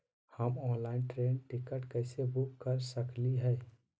हम online train ticket कैसे book कर सकली हई?